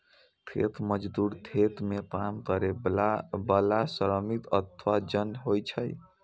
खेत मजदूर खेत मे काम करै बला श्रमिक अथवा जन होइ छै